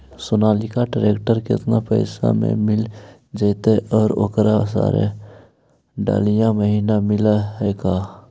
Sonalika tractor केतना पैसा में मिल जइतै और ओकरा सारे डलाहि महिना मिलअ है का?